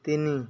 ତିନି